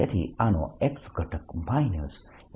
તેથી આનો x ઘટક Jr